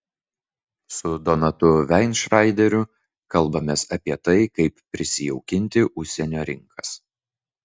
su donatu veinšreideriu kalbamės apie tai kaip prisijaukinti užsienio rinkas